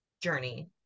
journey